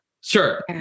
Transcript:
sure